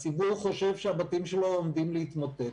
הציבור חושב שהבתים שלו עומדים להתמוטט.